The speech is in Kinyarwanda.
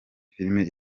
filime